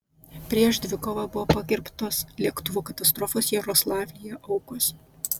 prieš dvikovą buvo pagerbtos lėktuvo katastrofos jaroslavlyje aukos